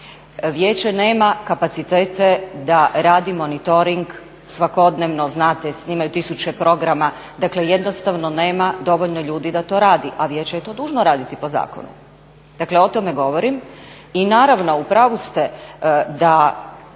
vijeće nema kapacitete da radi monitoring svakodnevno znate imaju tisuće programa, dakle jednostavno nema dovoljno ljudi da to radi, a vijeće je to dužno raditi po zakonu, dakle o tome govorim. I naravno u pravu ste da